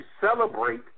celebrate